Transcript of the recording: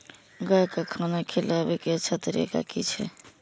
गाय का खाना खिलाबे के अच्छा तरीका की छे?